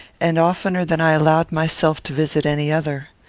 and oftener than i allowed myself to visit any other.